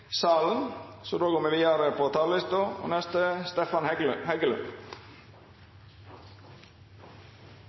salen. Då går me vidare på talarlista, og den neste er Stefan Heggelund.